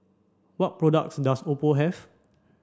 what products does Oppo have